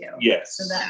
Yes